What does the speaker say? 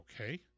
okay